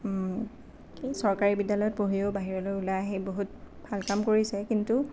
চৰকাৰী বিদ্যালয়ত পঢ়ি বাহিৰলৈ ওলাই আহি বহুত ভাল কাম কৰিছে কিন্তু